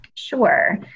Sure